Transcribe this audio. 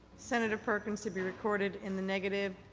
senator perkins to be recorded in the negative.